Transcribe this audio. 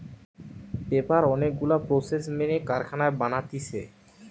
paper অনেক গুলা process মেনে কারখানায় বানাতিছে